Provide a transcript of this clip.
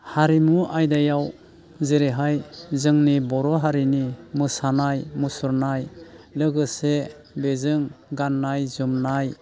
हारिमु आयदायाव जेरैहाय जोंनि बर' हारिनि मोसानाय मुसुरनाय लोगोसे बेजों गाननाय जोमनाय